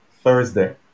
Thursday